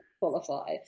qualify